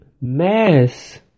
mass